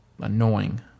annoying